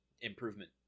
Improvement